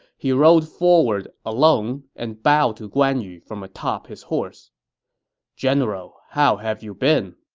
he rode forward alone and bowed to guan yu from atop his horse general, how have you been?